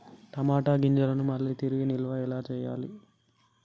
టమాట గింజలను మళ్ళీ తిరిగి నిల్వ ఎలా చేయాలి?